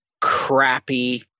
crappy